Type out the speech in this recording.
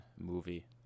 Movie